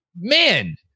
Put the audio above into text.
man